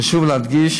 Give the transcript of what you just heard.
חשוב להדגיש